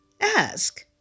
Ask